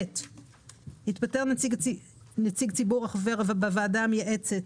התפטר נציג ציבור החבר בוועדה המייעצת